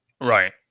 Right